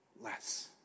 less